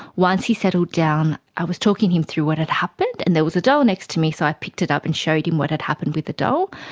once he settled down i was talking him through what had happened and there was a doll next to me so i picked it up and showed him what had happened with the doll.